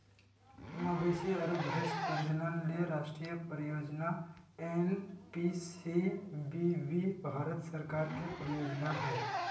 मवेशी आरो भैंस प्रजनन ले राष्ट्रीय परियोजना एनपीसीबीबी भारत सरकार के परियोजना हई